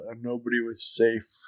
nobody-was-safe